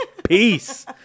Peace